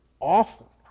awful